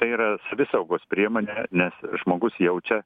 tai yra savisaugos priemonė nes žmogus jaučia